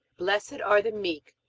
blessed are the meek,